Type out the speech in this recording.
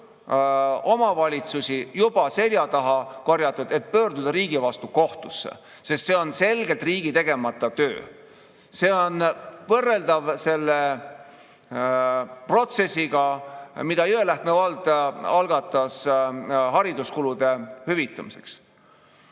omavalitsusi juba selja taha korjatud, et pöörduda riigi vastu kohtusse, sest see on selgelt riigi tegemata töö. See on võrreldav selle protsessiga, mille Jõelähtme vald algatas hariduskulude hüvitamiseks.